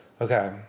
Okay